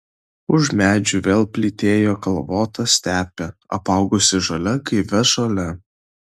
už medžių vėl plytėjo kalvota stepė apaugusi žalia gaivia žole